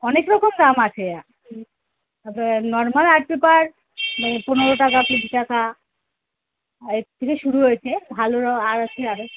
অনেক রকম দাম আছে আপনার নর্মাল আর্ট পেপার ওই পনেরো টাকা কি দু টাকা এর থেকে শুরু হয়েছে ভালোরও আর আছে আরো